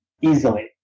easily